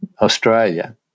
Australia